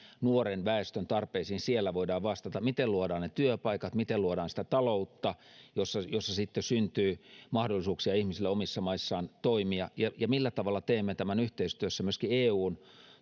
nuoren väestön tarpeisiin siellä voidaan vastata miten luodaan ne työpaikat miten luodaan sitä taloutta jossa sitten syntyy mahdollisuuksia ihmisille omissa maissaan toimia ja ja millä tavalla teemme tämän yhteistyössä myöskin eun